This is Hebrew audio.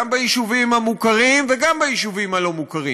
גם ביישובים המוכרים וגם ביישובים הלא-מוכרים,